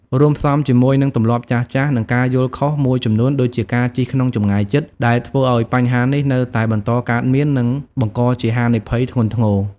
រួមផ្សំជាមួយនឹងទម្លាប់ចាស់ៗ និងការយល់ខុសមួយចំនួនដូចជាការជិះក្នុងចម្ងាយជិត ដែលធ្វើឱ្យបញ្ហានេះនៅតែបន្តកើតមាន និងបង្កជាហានិភ័យធ្ងន់ធ្ងរ។